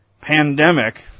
pandemic